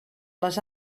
les